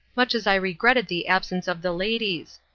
much as i regretted the absence of the ladies.